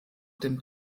dem